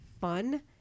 fun